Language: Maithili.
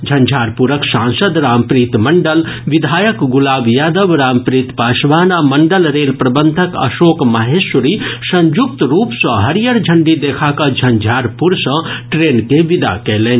झंझारपुरक सांसद रामप्रीत मंडल विधायक गुलाब यादव रामप्रीत पासवान आ मंडल रेल प्रबंधक अशोक माहेश्वरी संयुक्त रूप सॅ हरियर झंडी देखा कऽ झंझारपुर सॅ ट्रेन के विदा कयलनि